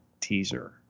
teaser